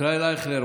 ישראל אייכלר,